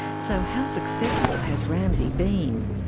so how successful has ramsi been?